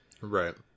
Right